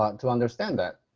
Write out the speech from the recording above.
ah to understand that